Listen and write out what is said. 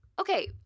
Okay